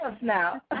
now